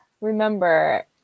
remember